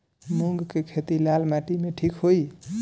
मूंग के खेती लाल माटी मे ठिक होई?